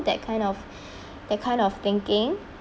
that kind of that kind of thinking